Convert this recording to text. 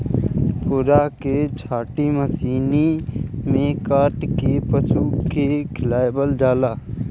पुअरा के छाटी मशीनी में काट के पशु के खियावल जाला